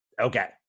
Okay